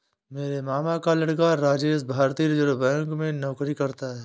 मेरे मामा का लड़का राजेश भारतीय रिजर्व बैंक में नौकरी करता है